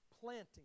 planting